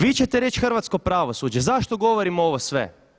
Vi ćete reći hrvatsko pravosuđe, zašto govorom ovo sve?